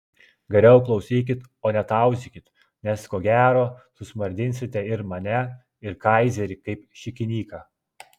geriau klausykit o ne tauzykit nes ko gero susmardinsite ir mane ir kaizerį kaip šikinyką